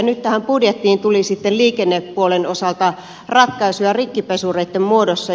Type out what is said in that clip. nyt tähän budjettiin tuli sitten liikennepuolen osalta ratkaisuja rikkipesureitten muodossa